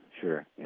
Sure